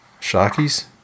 Sharkies